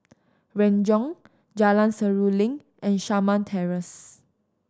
Renjong Jalan Seruling and Shamah Terrace